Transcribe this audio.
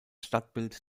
stadtbild